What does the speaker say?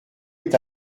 est